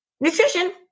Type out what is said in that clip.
Nutrition